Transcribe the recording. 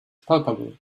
palpable